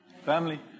family